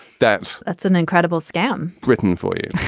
that's that's an incredible scam written for you.